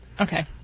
Okay